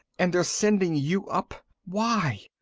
and they're sending you up. why?